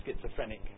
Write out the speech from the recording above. schizophrenic